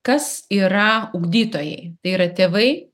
kas yra ugdytojai tai yra tėvai